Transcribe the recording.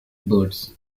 birds